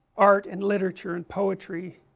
art and literature and poetry